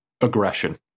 aggression